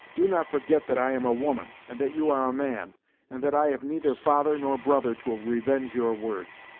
do not forget that i am a woman, and that you are a man and that i have neither father, nor brother, to revenge your words!